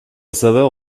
saveur